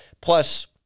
plus